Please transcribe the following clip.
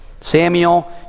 Samuel